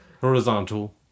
horizontal